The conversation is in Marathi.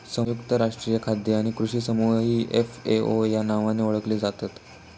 संयुक्त राष्ट्रीय खाद्य आणि कृषी समूह ही एफ.ए.ओ या नावाने ओळखली जातत